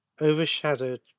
overshadowed